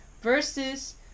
versus